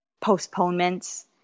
postponements